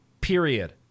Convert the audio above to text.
Period